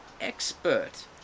expert